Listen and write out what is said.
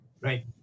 Right